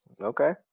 Okay